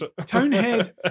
Townhead